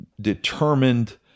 determined